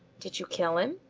did you kill him?